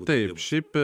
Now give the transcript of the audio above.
taip šiaip